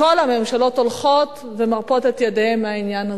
כל הממשלות הולכות ומרפות את ידיהן מהעניין הזה.